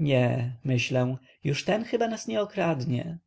nie myślę już ten chyba nas nie okradnie